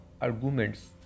arguments